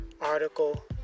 article